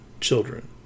children